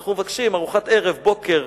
ואנחנו מבקשים ארוחת ערב, בוקר,